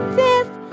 fifth